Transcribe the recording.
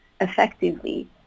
effectively